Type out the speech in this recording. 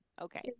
okay